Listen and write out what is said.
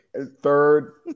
third